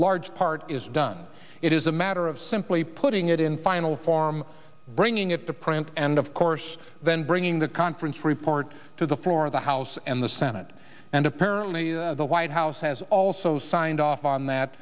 large part is done it is a matter of simply putting it in final form bringing it to print and of course then bringing the conference report to the floor of the house and the senate and apparently the white house has also signed off on that